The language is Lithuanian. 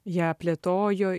ją plėtojo